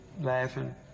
laughing